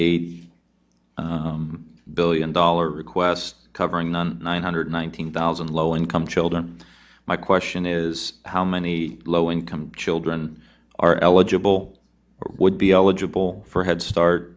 eight billion dollars requests covering the nine hundred nineteen thousand low income children my question is how many low income children are eligible would be eligible for head start